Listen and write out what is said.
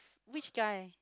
which guy